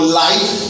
life